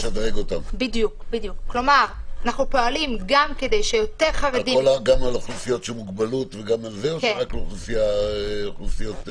מדובר גם על אנשים עם מוגבלויות או רק על חרדים?